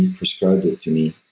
prescribed it to me,